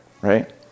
right